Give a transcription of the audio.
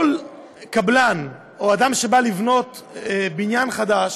כל קבלן או אדם שבא לבנות בניין חדש,